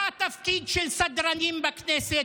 מה התפקיד של סדרנים בכנסת?